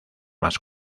más